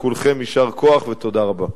לכולכם יישר כוח ותודה רבה.